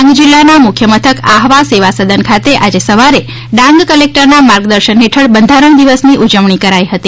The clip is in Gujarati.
ડાંગ જિલ્લાના મુખ્ય મથક આહવા સેવાસદન ખાતે આજે સવારે ડાંગ કલેક્ટરનાં માર્ગદર્શન હેઠળ બંધારણ દિવસની ઉજવણી કરાઇ હતી